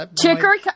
Chicory